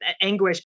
anguish